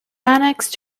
annexed